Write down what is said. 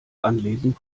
anlesen